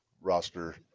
roster